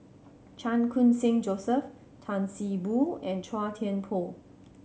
Chan Khun Sing Joseph Tan See Boo and Chua Thian Poh